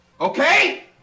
Okay